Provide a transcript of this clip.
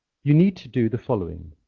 you need to do the following.